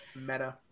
Meta